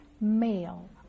male